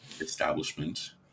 establishment